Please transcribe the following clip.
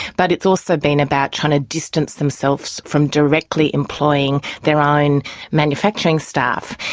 but it's also been about trying to distance themselves from directly employing their own manufacturing staff.